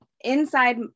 inside